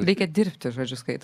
reikia dirbti žodžiu skaitant